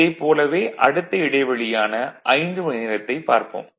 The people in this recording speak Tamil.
இதைப் போலவேஅடுத்த இடைவெளியான 5 மணிநேரத்தைப் பார்ப்போம்